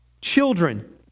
Children